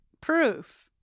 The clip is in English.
Proof